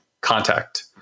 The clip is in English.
contact